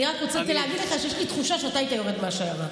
אני רק רציתי להגיד לך שיש לי תחושה שאתה היית יורד מהשיירה.